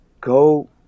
go